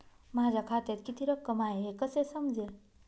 माझ्या खात्यात किती रक्कम आहे हे कसे समजेल?